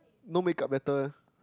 no makeup better eh